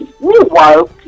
meanwhile